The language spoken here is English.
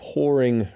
pouring